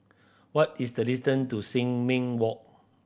what is the distant to Sin Ming Walk